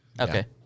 okay